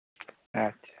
ᱟᱪᱪᱷᱟ